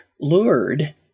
lured